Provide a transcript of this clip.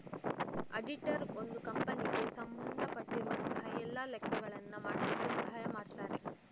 auditor ಒಂದು ಕಂಪನಿಗೆ ಸಂಬಂಧ ಪಟ್ಟಿರುವಂತಹ ಎಲ್ಲ ಲೆಕ್ಕಗಳನ್ನ ಮಾಡ್ಲಿಕ್ಕೆ ಸಹಾಯ ಮಾಡ್ತಾರೆ